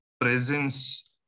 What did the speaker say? presence